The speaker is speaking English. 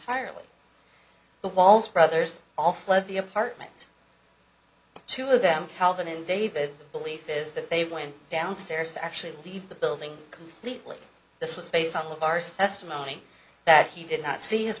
tiredly the walls brothers all fled the apartment two of them calvin and david belief is that they went downstairs to actually leave the building completely this was based on the bar's testimony that he did not see his